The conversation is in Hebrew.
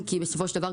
בסופו של דבר,